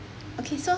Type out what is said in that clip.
okay so